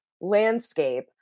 landscape